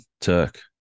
Turk